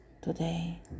today